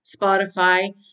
Spotify